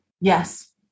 yes